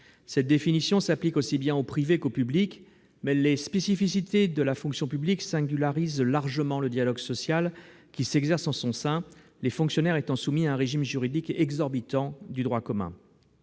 Cette définition s'applique aussi bien au secteur privé qu'au secteur public. Mais les spécificités de la fonction publique singularisent largement le dialogue social qui s'exerce en son sein, les fonctionnaires étant soumis à un régime juridique exorbitant du droit commun.